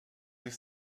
ich